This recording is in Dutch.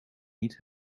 niet